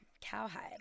Cowhide